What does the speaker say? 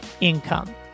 income